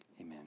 amen